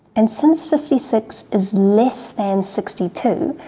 and since fifty six is less than sixty two,